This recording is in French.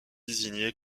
désignés